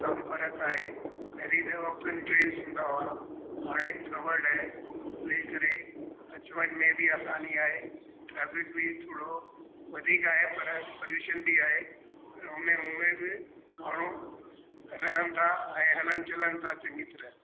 काफ़ी फ़र्क़ु आहे पहिरीं त ओपन ड्रेन्स न हुआ हाणे कवर्ड आहे उन ई करे अचवञ में बि आसानी आहे ट्रैफिक बि थोरो वधीक आहे पर पॉल्यूशन बि आहे ऐं उन उन में बि माण्हू रहनि था ऐं हलनि चलनि था चङी तरह